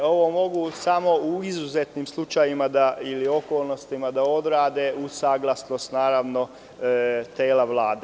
Ovo mogu samo u izuzetnim slučajevima ili okolnostima da odrade, uz saglasnost Vlade.